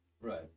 right